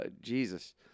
Jesus